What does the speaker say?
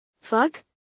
fuck